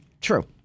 True